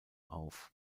auf